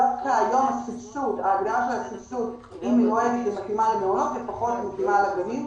דווקא היום הסבסוד היא מתאימה למעונות ופחות מתאימה לגנים.